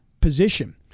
position